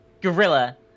Gorilla